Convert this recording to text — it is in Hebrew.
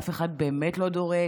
ואף אחד באמת לא דורש.